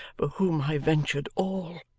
for whom i ventured all.